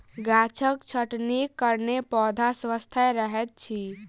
गाछक छटनीक कारणेँ पौधा स्वस्थ रहैत अछि